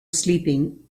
sleeping